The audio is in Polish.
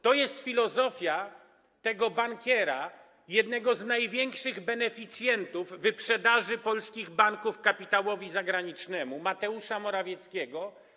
To jest filozofia tego bankiera, jednego z największych beneficjentów wyprzedaży polskich banków kapitałowi zagranicznemu, Mateusza Morawieckiego.